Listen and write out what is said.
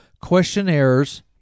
questionnaires